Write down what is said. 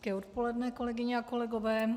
Hezké odpoledne, kolegyně a kolegové.